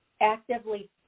actively